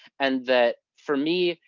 and that, for me,